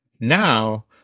now